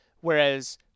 whereas